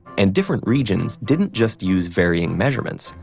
and different regions didn't just use varying measurements.